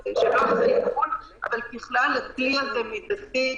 איכון, אבל ככלל הכלי הזה מידתי.